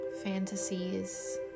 Fantasies